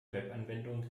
webanwendung